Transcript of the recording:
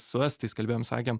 su estais kalbėjom sakėm